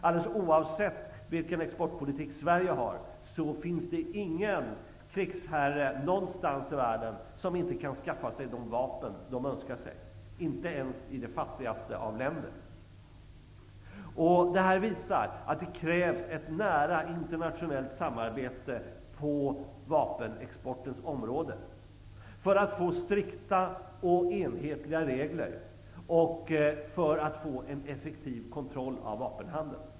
Alldeles oavsett vilken exportpolitik Sverige har finns det ingen krigsherre någonstans i världen som inte kan skaffa sig de vapen han önskar sig, inte ens i de fattigaste av länder. Det visar att det krävs ett nära internationellt samarbete på vapenexportens område, för att få till stånd strikta och enhetliga regler och en effektiv kontroll av vapenhandeln.